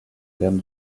gamme